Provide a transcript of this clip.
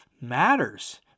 matters